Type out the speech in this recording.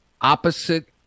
opposite